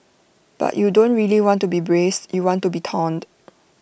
but you don't really want to be braced you want to be taunt